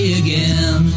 again